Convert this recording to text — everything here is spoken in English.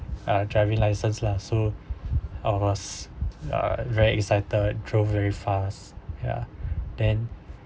uh driving license lah so I was a very excited drove very fast ya then